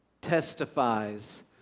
testifies